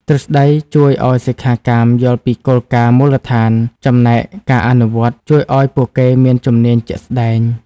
ទ្រឹស្ដីជួយឱ្យសិក្ខាកាមយល់ពីគោលការណ៍មូលដ្ឋាន ចំណែកការអនុវត្តន៍ជួយឱ្យពួកគេមានជំនាញជាក់ស្តែង។